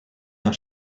d’un